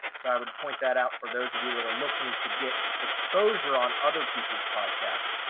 so i would point that out for those of you that are looking to get exposure on other people's podcasts,